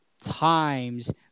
times